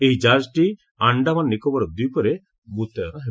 ଏହି ଜାହାଜଟି ଆଶ୍ଡାମାନ ନିକୋବର ଦ୍ୱୀପରେ ମୁତୟନ ହେବ